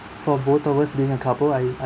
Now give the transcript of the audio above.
for both of us being a couple I I